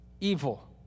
evil